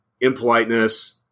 impoliteness